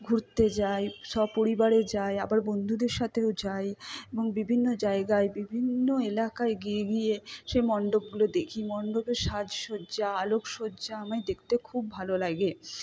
ঘুরতে যাই সপরিবারেও যাই আবার বন্ধুদের সাথেও যাই এবং বিভিন্ন জায়গায় বিভিন্ন এলাকায় গিয়ে গিয়ে সে মন্ডপগুলো দেখি মন্ডপের সাজসজ্জা আলোকসজ্জা আমায় দেখতেও খুব ভালো লাগে